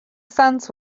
sons